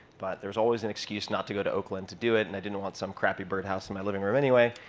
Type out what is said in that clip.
but there's always an excuse not to go to oakland to do it. and i didn't want some crappy bird house in my living room, anyway.